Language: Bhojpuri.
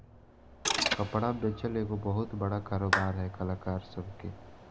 कपड़ा बेचल एगो बहुते बड़का कारोबार है कलाकार सभ के